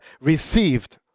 Received